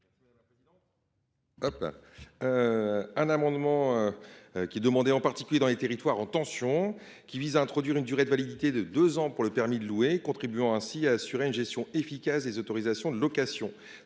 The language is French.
Cet amendement, qui est sollicité notamment par les territoires en tension, vise à introduire une durée de validité de deux ans pour le permis de louer, ce qui contribuerait à assurer une gestion efficace des autorisations de location.